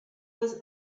was